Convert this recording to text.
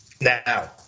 now